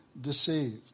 deceived